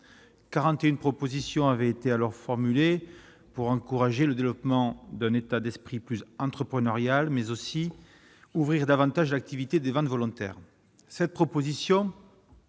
41 propositions avaient été alors formulé pour encourager le développement d'un état d'esprit plus entreprenarial mais aussi ouvrir davantage activité des vannes volontaires cette proposition.